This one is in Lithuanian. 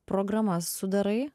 programas sudarai